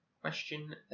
Question